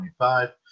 25